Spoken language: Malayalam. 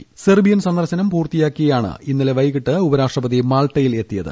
പ സെർബിയൻ സന്ദർശനക് പൂർത്തിയാക്കിയാണ് ഇന്നലെ വൈകിട്ട് ഉപരാഷ്ട്രപതി മാൾട്ടയിൽ എത്തിയത്